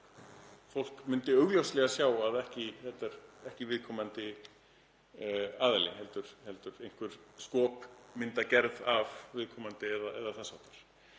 fólk myndi augljóslega sjá að þetta er ekki viðkomandi aðili heldur einhver skopmyndagerð af viðkomandi eða þess háttar.